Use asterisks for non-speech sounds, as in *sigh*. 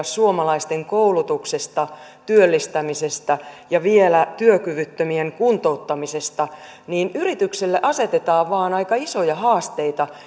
*unintelligible* suomalaisten koulutuksesta työllistämisestä ja vielä työkyvyttömien kuntouttamisesta niin yritykselle asetetaan vaan aika isoja haasteita *unintelligible*